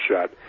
shot